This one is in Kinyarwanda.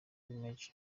maj